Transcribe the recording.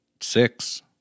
six